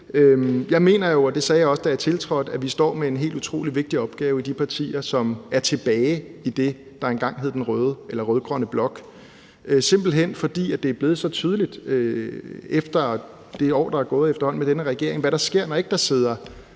Jeg mener jo, og det sagde jeg også, da jeg tiltrådte, at vi står med en helt utrolig vigtig opgave i de partier, som er tilbage i det, der engang hed den rød-grønne blok, simpelt hen fordi det er blevet så tydeligt efter det år, der efterhånden er gået med denne regering, hvad der sker, når der ikke sidder